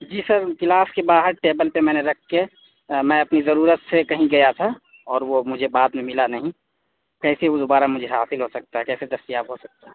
جی sir class کے باہر table پہ میں نے رکھ کے میں اپنی ضرورت سے کہیں گیا تھا اور وہ مجھے بعد میں ملا نہیں کیسے وہ دوبارہ مجھے حاصل ہو سکتا ہے کیسے دستیاب ہو سکتا ہے